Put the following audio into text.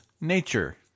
nature